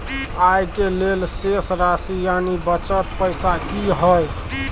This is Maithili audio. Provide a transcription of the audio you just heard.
आय के लेल शेष राशि यानि बचल पैसा की हय?